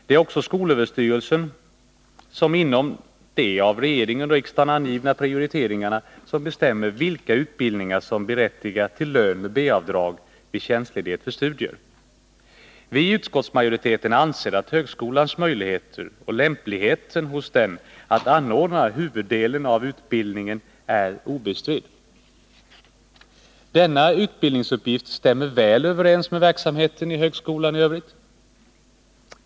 Det är också skolöverstyrelsen som inom de av regering och riksdag angivna prioriteringarna bestämmer vilka utbildningar som berättigar till lön med B-avdrag vid tjänstledighet för studier. Vi i utskottsmajoriteten anser att högskolans möjligheter och lämpligheten av att där anordna huvuddelen av utbildningen är obestridda. Denna utbildningsuppgift stämmer väl överens med verksamheten i högskolan i övrigt.